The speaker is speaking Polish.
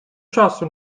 czasu